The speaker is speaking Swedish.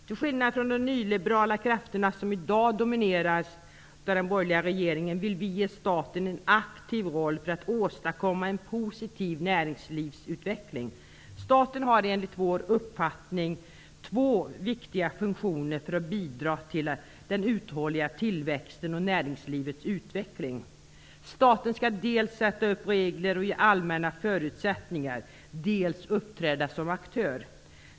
Till skillnad från de nyliberala krafter som i dag dominerar den borgerliga regeringen vill vi ge staten en aktiv roll för att åstadkomma en positiv näringslivsutveckling. Staten har enligt vår uppfattning två viktiga funktioner när det gäller att bidra till en uthållig tillväxt och till näringslivets utveckling. Staten skall dels sätt upp regler och ge allmänna förutsättningar, dels uppträda som aktör.